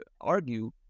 argue